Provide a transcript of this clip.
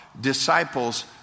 disciples